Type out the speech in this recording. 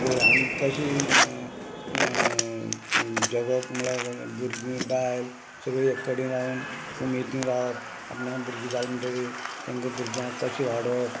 पळय आमकां अशी जगप म्हळ्या भुरगीं बायल सगळीं एक कडेन रावून उमेदीन रावप आपणा भुरगीं जाल म्हणटरी तेंकां भुरग्यां तशें वाडोवप